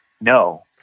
no